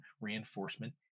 reinforcement